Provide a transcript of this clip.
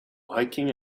hiking